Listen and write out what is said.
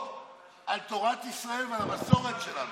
בליסטראות על תורת ישראל ועל המסורת שלנו.